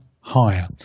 higher